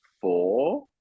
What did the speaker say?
four